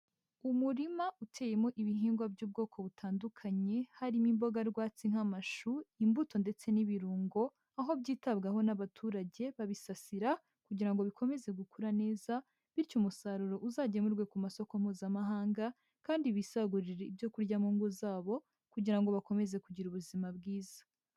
Umurima uteyemo ibihingwa by'ubwoko butandukanye, harimo imboga rwatsi nk'amashu, imbuto ndetse n'ibirungo, aho byitabwaho n'abaturage babisasira kugira ngo bikomeze gukura neza, bityo umusaruro uzagemurwe ku masoko mpuzamahanga, kandi bisagurire ibyo kurya mu ngo zabo, kugira ngo bakomeze kugira ubuzima bwiza.